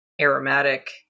aromatic